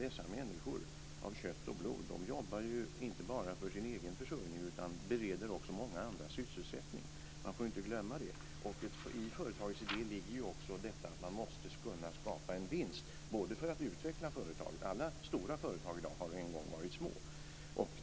Dessa människor av kött och blod jobbar inte bara för sin egen försörjning utan bereder också många andra sysselsättning. Man får inte glömma det. I företagets idé ligger också att man måste kunna skapa en vinst för att utveckla företaget. Alla stora företag i dag har en gång varit små.